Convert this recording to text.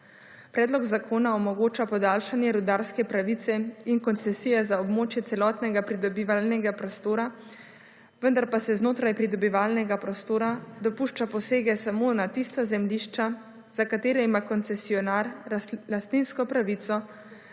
Predlog zakona omogoča podaljšanje rudarske pravice in koncesije za območje celotnega pridobivalnega prostora, vendar pa se znotraj pridobivalnega prostora dopušča posege samo na tista zemljišča za katere ima koncesionar lastninsko pravico